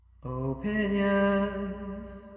Opinions